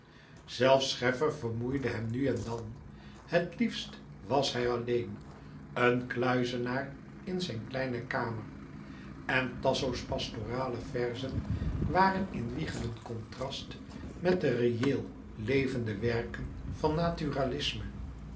zelfs scheffer vermoeide hem nu en dan het liefst was hij alleen een kluizenaar in zijn kleine kamer en tasso's pastorale verzen waren in wiegelend contrast met de reëellevende werken van